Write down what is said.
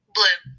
Blue